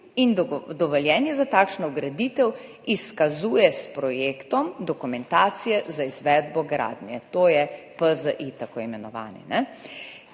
in dovoljenje za takšno vgraditev izkazuje s projektom dokumentacije za izvedbo gradnje, to je tako imenovani